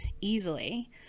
easily